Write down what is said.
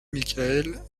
michael